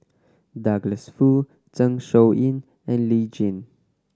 Douglas Foo Zeng Shouyin and Lee Jin